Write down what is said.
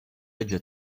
judge